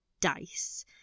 dice